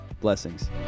blessings